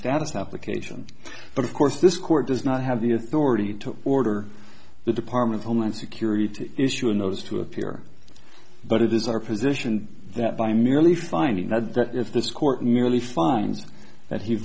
status application but of course this court does not have the authority to order the department of homeland security issue a nose to appear but it is our position that by merely finding that that if this court merely finds that he